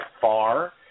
far